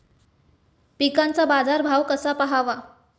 पिकांचा बाजार भाव कसा पहावा?